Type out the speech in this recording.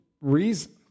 reason